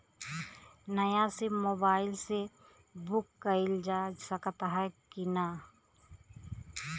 नया SIM mobile से book कइलजा सकत ह कि ना?